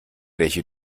welche